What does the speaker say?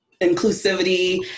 inclusivity